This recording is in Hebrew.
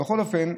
בכל אופן,